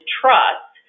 trust